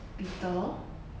bitter